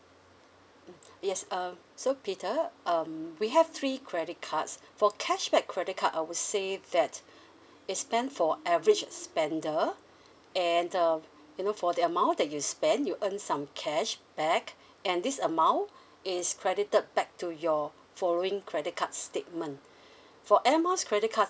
yes uh so peter um we have three credit cards for cashback credit card I would say that it's meant for average spender and uh you know for the amount that you spend you earn some cashback and this amount is credited back to your following credit card statement for air miles credit cards